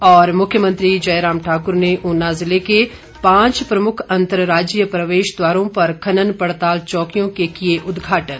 और मुख्यमंत्री जयराम ठाकुर ने ऊना जिले के पांच प्रमुख अंतर्राज्यीय प्रवेश द्वारों पर खनन पड़ताल चौकियों के किए उद्घाटन